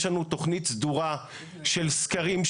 יש לנו תכנית סדורה של סקרים,